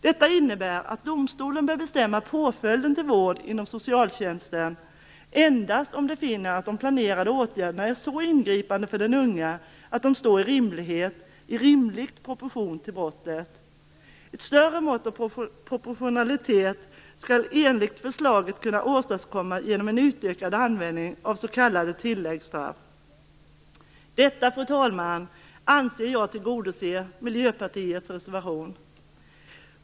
Detta innebär att domstolen bör bestämma påföljden till vård inom socialtjänsten endast om den finner att de planerade åtgärderna är så ingripande för den unge att de står i rimlig proportion till brottet. Ett större mått av proportionalitet skall också enligt förslaget kunna åstadkommas genom en utökad användning av s.k. tilläggsstraff. Detta, fru talman, anser jag tillgodoser Miljöpartiets reservation.